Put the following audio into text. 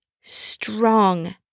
strong